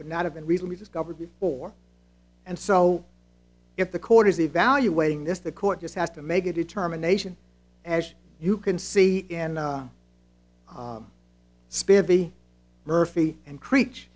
could not have been recently discovered before and so if the court is evaluating this the court just has to make a determination as you can see and spivey murphy and creech